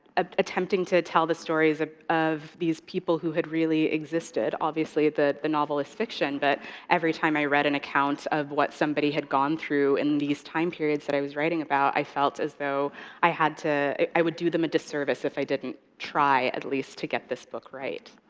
ah attempting to tell the stories of these people who had really existed. obviously, the the novel is fiction, but every time i read an account of what somebody had gone through in these time periods that i was writing about, i felt as though i had to, i would do them a disservice if i didn't try, at least, to get this book right.